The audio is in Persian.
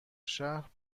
شهر